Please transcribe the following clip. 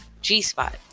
g-spot